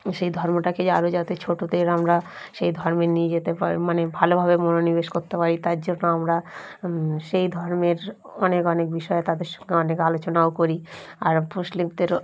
সেই ধর্মটাকে আরও যাতে ছোটদের আমরা সেই ধর্মে নিয়ে যেতে পারি মানে ভালোভাবে মনোনিবেশ করতে পারি তার জন্য আমরা সেই ধর্মের অনেক অনেক বিষয়ে তাদের সঙ্গে অনেক আলোচনাও করি আর মুসলিমদেরও